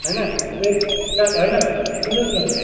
होइन होइन सुन्नुहोस् न